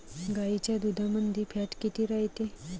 गाईच्या दुधामंदी फॅट किती रायते?